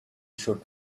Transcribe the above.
should